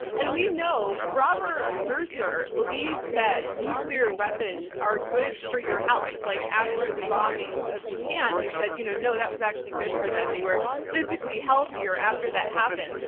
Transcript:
and we know robert mercer believes that nuclear weapons are good for your health. like after the bombings bombings of japan he said, you know no, that was actually good for them. they were physically healthier after that happened.